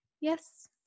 yes